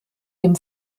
dem